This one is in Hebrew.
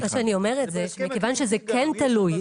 אני אומרת שמכיוון שזה כן תלוי,